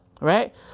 Right